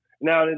now